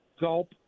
gulp